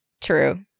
True